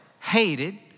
hated